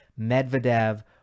Medvedev